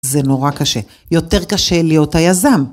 זה נורא קשה. יותר קשה להיות היזם.